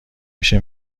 میشه